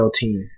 team